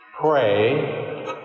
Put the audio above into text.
pray